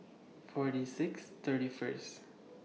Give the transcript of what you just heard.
forty six thirty First